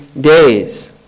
days